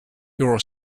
your